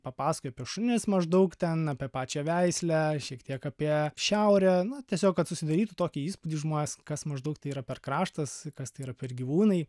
papasakoju apie šunis maždaug ten apie pačią veislę šiek tiek apie šiaurę na tiesiog kad susidarytų tokį įspūdį žmonės kas maždaug tai yra per kraštas kas tai yra per gyvūnai